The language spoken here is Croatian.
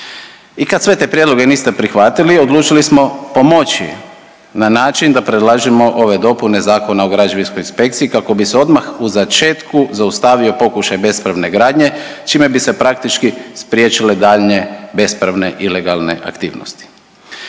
I kad sve te prijedloge niste prihvatili odlučili smo pomoći na način da predlažemo ove dopune Zakona o građevinskoj inspekciji kako bi se odmah u začetku zaustavio pokušaj bespravne gradnje čime bi se praktički spriječile daljnje bespravne ilegalne aktivnosti